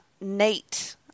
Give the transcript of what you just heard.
Nate